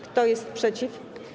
Kto jest przeciw?